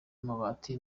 amabati